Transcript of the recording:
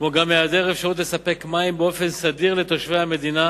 כמו גם העדר אפשרות לספק מים באופן סדיר לתושבי המדינה,